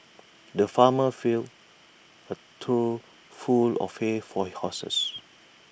the farmer filled A trough full of hay for horses